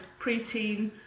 preteen